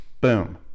Boom